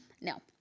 No